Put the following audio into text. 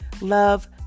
love